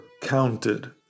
counted